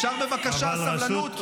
אפשר בבקשה סבלנות?